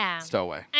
Stowaway